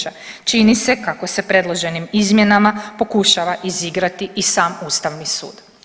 Čini se kako se predloženim izmjenama pokušava izigrati i sam ustavni sud.